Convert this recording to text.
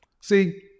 See